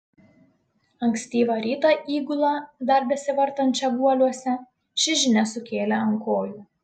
ankstyvą rytą įgulą dar besivartančią guoliuose ši žinia sukėlė ant kojų